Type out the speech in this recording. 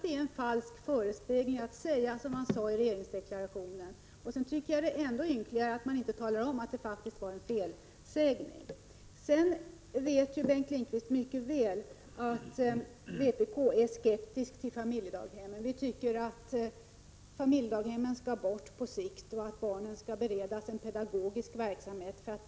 Det är en falsk förespegling att uttrycka det så i regeringsdeklarationen. Det är ännu ynkligare att inte tala om att det faktiskt var en felsägning. Bengt Lindqvist vet mycket väl att vpk är skeptiskt till familjedaghemmen. Vi tycker att familjedaghemmen skall bort på sikt och att barnen skall beredas en pedagogisk verksamhet.